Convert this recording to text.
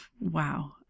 wow